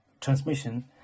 transmission